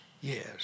yes